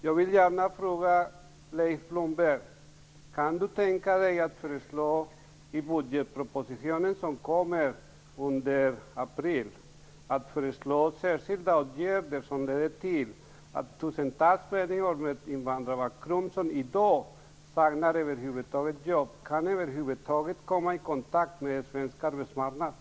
Jag vill gärna fråga Leif Blomberg om han kan tänka sig att i budgetpropositionen i april föreslå särskilda åtgärder som leder till att tusentals människor med invandrarbakgrund som i dag saknar jobb över huvud taget kan komma i kontakt med den svenska arbetsmarknaden.